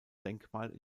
denkmal